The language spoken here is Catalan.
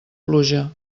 pluja